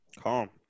Calm